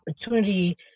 opportunity